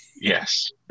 Yes